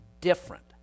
different